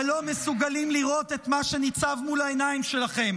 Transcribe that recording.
אבל לא מסוגלים לראות את מה שניצב מול העיניים שלכם,